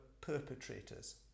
perpetrators